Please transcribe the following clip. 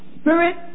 Spirit